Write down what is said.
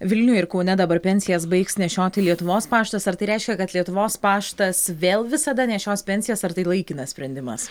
vilniuje ir kaune dabar pensijas baigs nešioti lietuvos paštas ar tai reiškia kad lietuvos paštas vėl visada nešios pensijas ar tai laikinas sprendimas